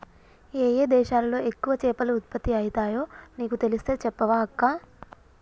ఏయే దేశాలలో ఎక్కువ చేపలు ఉత్పత్తి అయితాయో నీకు తెలిస్తే చెప్పవ అక్కా